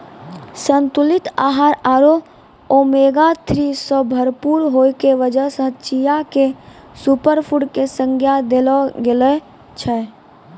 संतुलित आहार आरो ओमेगा थ्री सॅ भरपूर होय के वजह सॅ चिया क सूपरफुड के संज्ञा देलो गेलो छै